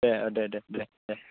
दे अ दे दे दे